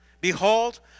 Behold